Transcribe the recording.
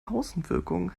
außenwirkung